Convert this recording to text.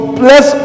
bless